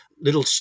Little